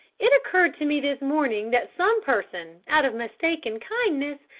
it occurred to me this morning that some person, out of mistaken kindness,